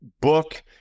book